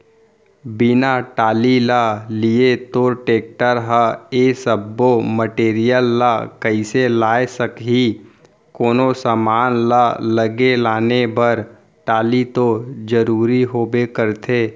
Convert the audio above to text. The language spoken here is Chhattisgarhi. बिना टाली ल लिये तोर टेक्टर ह ए सब्बो मटेरियल ल कइसे लाय सकही, कोनो समान ल लेगे लाने बर टाली तो जरुरी होबे करथे